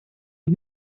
het